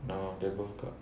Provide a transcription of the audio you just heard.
no they both got